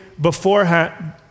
beforehand